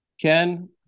Ken